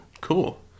Cool